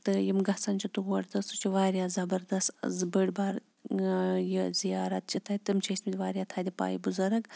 تہٕ یِم گژھان چھِ تور تہٕ سُہ چھِ واریاہ زَبردَست زٕ بٔڑۍ بار یہِ زِیارت چھِ تَتہِ تِم چھِ ٲسۍمٕتۍ واریاہ تھدِ پایہِ بُزَرٕگ